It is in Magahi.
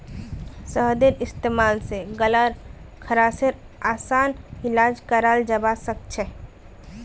शहदेर इस्तेमाल स गल्लार खराशेर असान इलाज कराल जबा सखछे